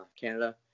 Canada